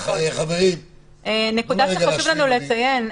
נקודה שחשוב לנו לציין.